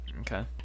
Okay